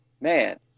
man